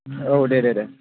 औ दे दे दे